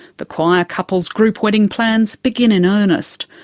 the qwire couples group wedding plans begin in earnest.